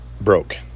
broke